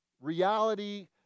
reality